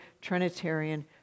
Trinitarian